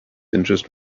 interest